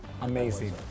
amazing